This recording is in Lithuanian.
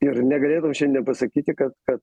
ir negalėtum šiandien pasakyti kad kad